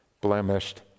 blemished